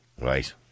Right